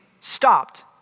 stopped